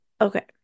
Okay